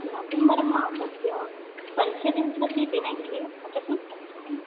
November मासस्य पञ्चविंशतिदिनाङ्के